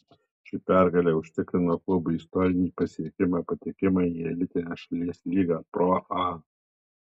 ši pergalė užtikrino klubui istorinį pasiekimą patekimą į elitinę šalies lygą pro a